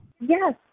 Yes